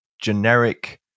generic